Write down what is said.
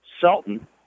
Selton